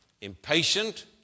impatient